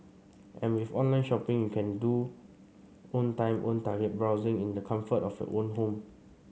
and with online shopping you can do own time own target browsing in the comfort of your own home